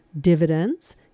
dividends